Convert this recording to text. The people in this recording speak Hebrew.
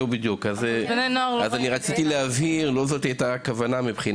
אז רק רציתי להבהיר את הכוונה של